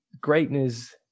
greatness